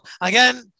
again